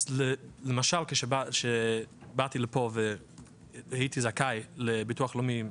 אז למשל כשבאתי לפה והייתי זכאי לביטוח לאומי,